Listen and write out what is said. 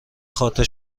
خاطر